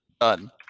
Done